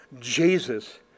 Jesus